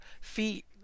feet